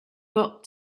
got